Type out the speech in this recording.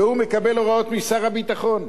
והוא מקבל הוראות משר הביטחון.